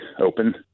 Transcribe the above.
open